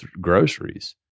groceries